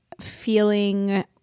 feeling